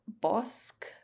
Bosque